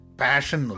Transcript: passion